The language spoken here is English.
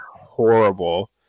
horrible